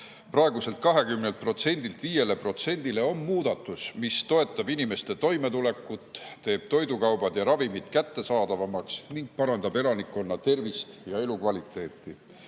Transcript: praeguselt 20%‑lt 5%‑le on muudatus, mis toetab inimeste toimetulekut, teeb toidukaubad ja ravimid kättesaadavamaks ning parandab elanikkonna tervist ja elukvaliteeti.